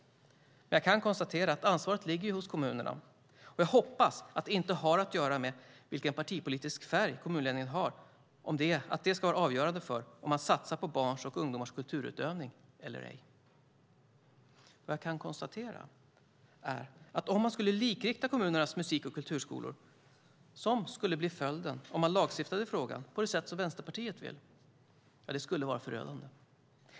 Jag kan konstatera att ansvaret ligger hos kommunerna. Jag hoppas att det inte har att göra med vilken partipolitisk färg kommunledningen har och att det är avgörande för om man satsar på barns och ungdomars kulturutövning eller ej. Vad jag kan konstatera är att om man skulle likrikta kommunernas musik och kulturskolor, vilket skulle bli följden om man lagstiftade i frågan på det sätt Vänsterpartiet vill, skulle det vara förödande.